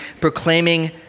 proclaiming